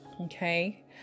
Okay